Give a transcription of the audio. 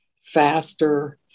faster